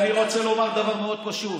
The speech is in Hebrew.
אני רוצה לומר דבר מאוד פשוט: